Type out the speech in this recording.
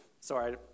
Sorry